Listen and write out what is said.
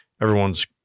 everyone's